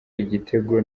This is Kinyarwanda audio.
igitego